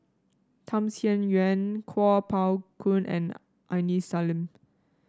Tham Sien Yen Kuo Pao Kun and Aini Salim